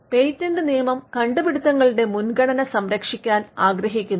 patent നിയമം കണ്ടുപിടുത്തങ്ങളുടെ മുൻഗണന സംരക്ഷിക്കാൻ ആഗ്രഹിക്കുന്നു